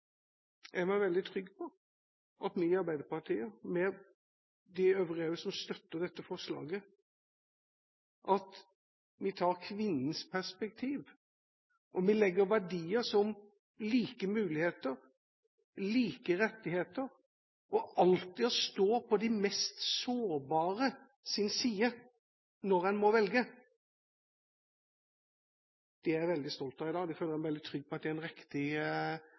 jeg meg veldig trygg på at vi i Arbeiderpartiet – sammen med de øvrige partiene som støtter dette forslaget – tar kvinnens perspektiv. Vi legger til grunn verdier som like muligheter, like rettigheter og det å alltid stå på de mest sårbare sin side når en må velge. Det er jeg veldig stolt av her i dag, og jeg føler meg veldig trygg på at det er et riktig